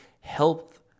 health